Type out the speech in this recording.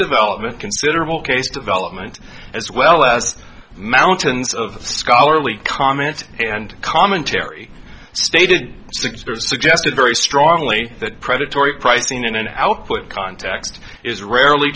development considerable case development as well as mountains of scholarly comments and commentary stated suggested very strongly that predatory pricing in an output context is rarely